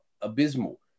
abysmal